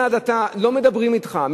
לא מדברים אתך,